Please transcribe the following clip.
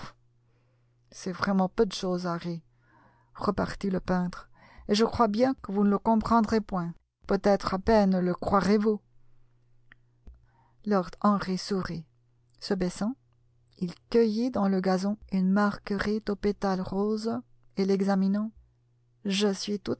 c'est vraiment peu de chose harry repartit le peintre et je crois bien que vous ne